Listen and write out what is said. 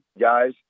guys